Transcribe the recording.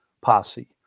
posse